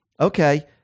okay